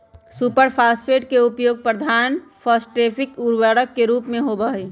super phosphate के उपयोग प्रधान फॉस्फेटिक उर्वरक के रूप में होबा हई